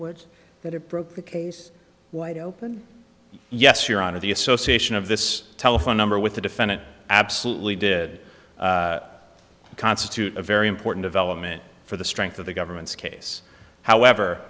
would that it broke the case wide open yes your honor the association of this telephone number with the defendant absolutely did constitute a very important development for the strength of the government's case however